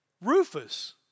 Rufus